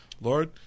Lord